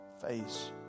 face